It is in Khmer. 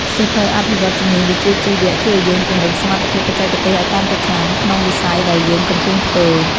សៀវភៅអភិវឌ្ឍជំនាញវិជ្ជាជីវៈ ជួយឱ្យយើងពង្រឹងសមត្ថភាពបច្ចេកទេសឱ្យកាន់តែខ្លាំងក្នុងវិស័យដែលយើងកំពុងធ្វើ។